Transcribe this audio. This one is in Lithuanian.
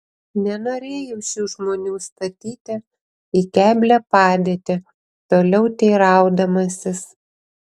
nenorėjau šių žmonių statyti į keblią padėtį toliau teiraudamasis